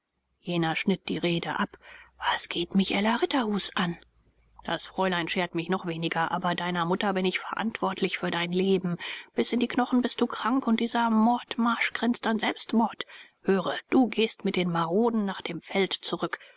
jener schnitt die rede ab was geht mich ella ritterhus an das fräulein schert mich noch weniger aber deiner mutter bin ich verantwortlich für dein leben bis in die knochen bist du krank und dieser mordmarsch grenzt an selbstmord höre du gehst mit den maroden nach dem veld zurück